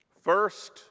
First